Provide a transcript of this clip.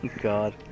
God